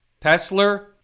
Tesla